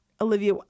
Olivia